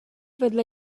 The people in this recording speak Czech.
vedle